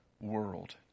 world